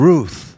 Ruth